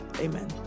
amen